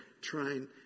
Trying